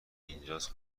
اینجاس